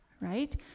right